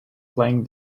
playing